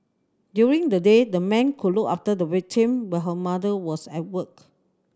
during the day the man could look after the victim while her mother was at work